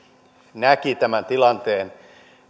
näki tämän tilanteen